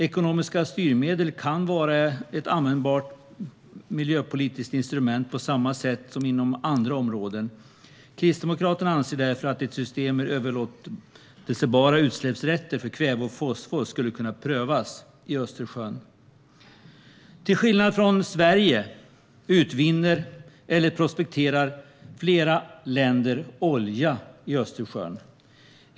Ekonomiska styrmedel kan vara ett användbart miljöpolitiskt instrument på samma sätt som inom andra områden. Kristdemokraterna anser därför att ett system med överlåtbara utsläppsrätter för kväve och fosfor skulle kunna prövas i Östersjön. Till skillnad från Sverige utvinner eller prospekterar flera länder olja i Östersjön.